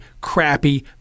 crappy